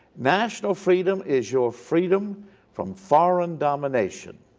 national freedom is your freedom from foreign domination,